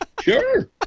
Sure